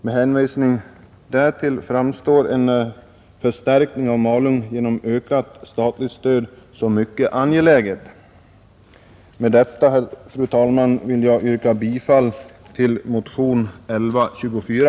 Med hänsyn därtill framstår en förstärkning av Malung genom ökat statligt stöd som mycket angelägen. Med detta vill jag, fru talman, yrka bifall till motionen 1124.